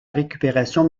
récupération